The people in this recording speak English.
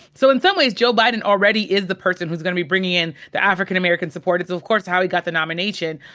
so in some ways, joe biden already is the person who's gonna be bringing in the african american support. it's of course how he got the nomination.